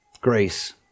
grace